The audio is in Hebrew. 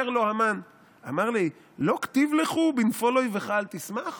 אומר לו המן: "אמר ליה לא כתיב לכו 'בנפל אויבך אל תשמח'".